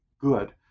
good